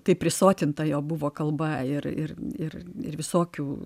tai prisotinta jo buvo kalba ir ir ir ir visokių